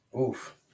Oof